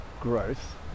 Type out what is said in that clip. growth